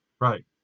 right